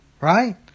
right